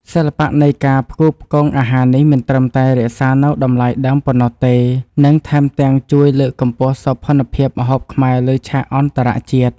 សិល្បៈនៃការផ្គូផ្គងអាហារនេះមិនត្រឹមតែរក្សានូវតម្លៃដើមប៉ុណ្ណោះទេនិងថែមទាំងជួយលើកកម្ពស់សោភ័ណភាពម្ហូបខ្មែរលើឆាកអន្តរជាតិ។